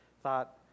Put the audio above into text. thought